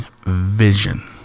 vision